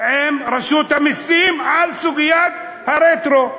עם רשות המסים על סוגיית הרטרו,